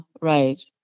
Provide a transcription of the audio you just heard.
right